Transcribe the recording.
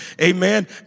Amen